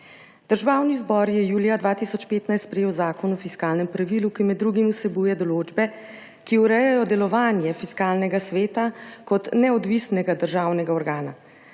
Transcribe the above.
Državni zbor je julija 2015 sprejel Zakon o fiskalnem pravilu, ki med drugim vsebuje določbe, ki urejajo delovanje Fiskalnega sveta kot neodvisnega državnega organa.